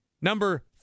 number